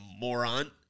moron